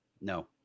No